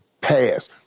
pass